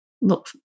look